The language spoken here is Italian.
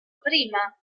prima